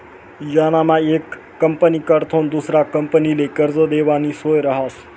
यानामा येक कंपनीकडथून दुसरा कंपनीले कर्ज देवानी सोय रहास